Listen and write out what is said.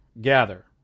gather